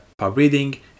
pubreading